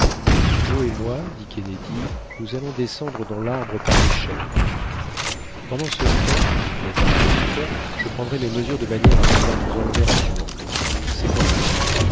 joe et moi dit kennedy nous allons descendre dans l'arbre par l'échelle et pendant ce temps répartit le docteur je prendrai mes mesures de manière à pouvoir nous enlever rapidement c'est convenu